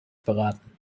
beraten